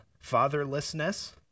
fatherlessness